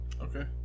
Okay